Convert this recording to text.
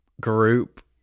group